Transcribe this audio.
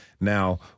Now